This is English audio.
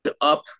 up